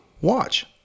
watch